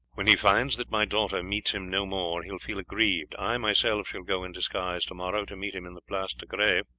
when he finds that my daughter meets him no more he will feel aggrieved. i myself shall go in disguise to-morrow to meet him in the place de greve,